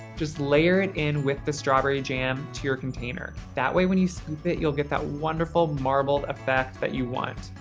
just layer it in with the strawberry jam to your container. that way, when you scoop it, you'll get that wonderful marbled effect that you want.